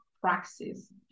praxis